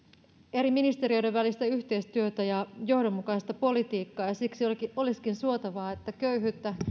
eri ministeriöiden välistä yhteistyötä ja johdonmukaista politiikkaa ja siksi olisikin olisikin suotavaa että köyhyyttä